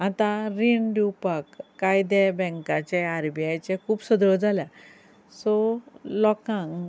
आतां रीण दिवपाक कायदे बेंकाचे आर बी आयचे खूब सुदरो जाल्यात सो लोकांक